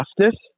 justice